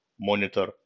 monitor